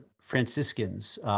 Franciscans—